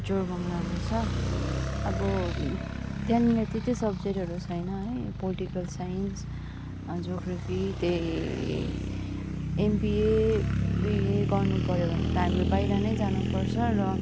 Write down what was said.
जोरबङलामा छ अब त्यहाँनिर त्यति सब्जेकहरू छैन है पोलिटिकल साइन्स जोग्राफी त्यही एमबिए बिए गर्नु पऱ्यो भने त हामी बाहिर नै जान पर्छ र